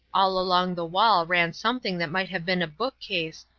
all along the wall ran something that might have been a bookcase,